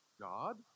God